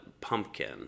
pumpkin